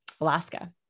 Alaska